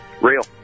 Real